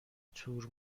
تور